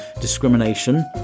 discrimination